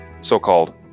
so-called